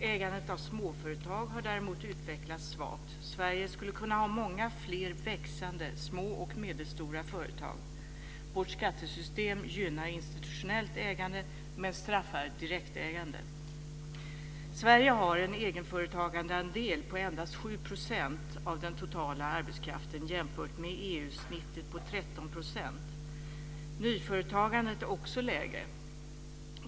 Ägandet av småföretag har däremot utvecklats svagt. Sverige skulle kunna ha många fler växande små och medelstora företag. Vårt skattesystem gynnar institutionellt ägande men straffar direktägande. Sverige har en egenföretagandeandel på endast 7 % av den totala arbetskraften jämfört med EU:s snitt på 13 %. Nyföretagandet är också lägre.